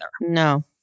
No